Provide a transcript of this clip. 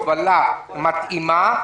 הובלה מתאימה,